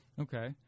Okay